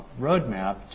roadmap